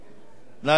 נא להצביע.